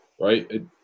Right